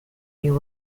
you